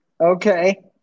Okay